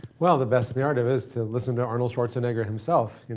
well, the best narrative is to listen to arnold schwarzenegger himself.